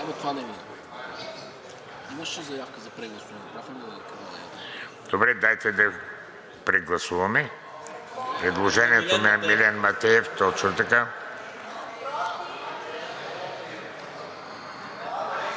Добре, дайте да прегласуваме предложението на Милен Матеев, точно така.